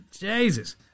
Jesus